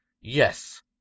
Yes